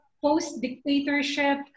post-dictatorship